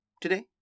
today